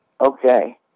Okay